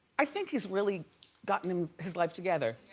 i think he's really gotten and his life together.